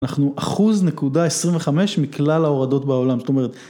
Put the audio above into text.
אנחנו אחוז נקודה עשרים וחמש מכלל ההורדות בעולם, זאת אומרת...